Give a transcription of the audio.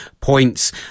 points